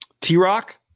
T-Rock